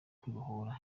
ukwibohora